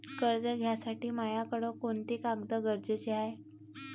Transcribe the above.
कर्ज घ्यासाठी मायाकडं कोंते कागद गरजेचे हाय?